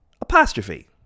apostrophe